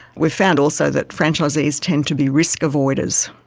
we've found also that franchisees tend to be risk avoiders,